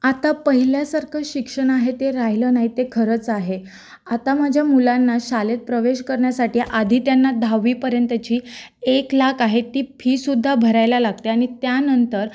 आता पहिल्यासारखं शिक्षण आहे ते राहिलं नाही ते खरंच आहे आता माझ्या मुलांना शाळेत प्रवेश करण्यासाठी आधी त्यांना दहावीपर्यंत जी एक लाख आहे ती फीसुद्धा भरायला लागते आणि त्यानंतर